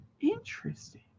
Interesting